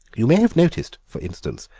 you may have noticed, for instance,